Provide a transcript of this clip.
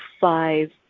five